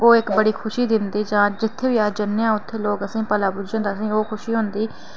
ओह् इक बड़ी खुशी दिंदी जां जित्थै बी अस जन्ने आं उत्थै लोक असें भला बुज्झन ते असें ई ओ खुशी होंदी